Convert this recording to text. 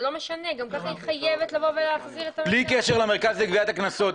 גם ככה היא חייבת להחזיר- -- בלי קשר למרכז לגביית הקנסות,